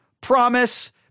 promise